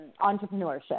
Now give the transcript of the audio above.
entrepreneurship